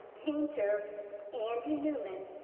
painter andy newman,